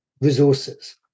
resources